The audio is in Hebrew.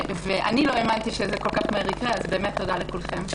אני לא האמנתי שכל כך מהר זה יקרה אז באמת תודה לכולכם.